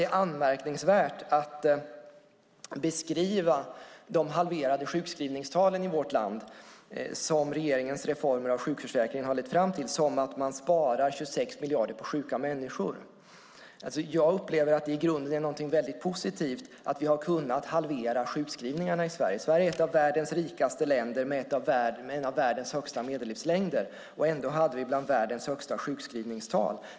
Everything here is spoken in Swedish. Det är anmärkningsvärt att beskriva de halverade sjukskrivningstal i vårt land som regeringens reformer av sjukförsäkringen har lett fram till som att man sparar 26 miljarder på sjuka människor. Jag upplever att det i grunden är någonting väldigt positivt att vi har kunnat halvera sjukskrivningarna i Sverige. Sverige är ett världens rikaste länder med en av världens högsta medellivslängder, och ändå hade vi bland världens högsta sjukskrivningstal.